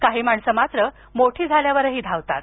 काही माणसं मात्र मोठी झाल्यावरही धावतात